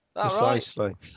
Precisely